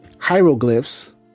hieroglyphs